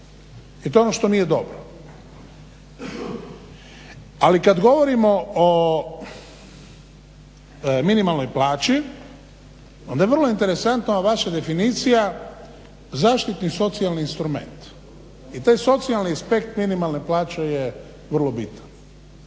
i to je ono što nije dobro. Ali kad govorimo o minimalnoj plaći onda je vrlo interesantno vaša definicija zaštitni socijalni instrument. I taj socijalni aspekt minimalne plaće je vrlo bitan.